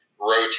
rotate